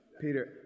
Peter